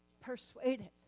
persuaded